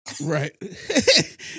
Right